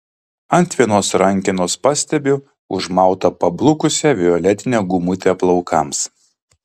ant vienos rankenos pastebiu užmautą pablukusią violetinę gumutę plaukams